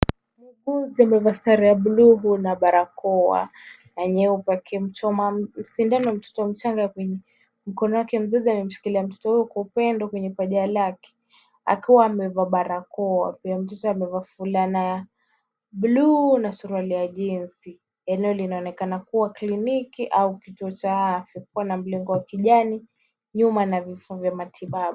Muuguzi amevaa sare ya buluu ba barakoa nyeupe, akimchoma mtoto sindano kwenye mkono wake. Mzazi amemshikilia kwa upendo kwenye paja lake, akiwa amevaa barakoa. Pia mtot amevaa fulana ya buluu na suruali ya jinsi . Eneo linaonekana kuwa kliniki au kituo cha afya ulio na mlango wa kijani nyuma mna vifaa vya matibabu.